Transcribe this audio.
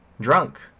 drunk